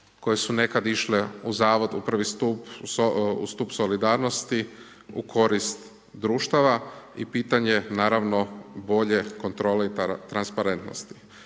koje su nekad išle u zavod u prvi stup u stup solidarnosti u korist društava i pitanje naravno bolje kontrole i transparentnosti.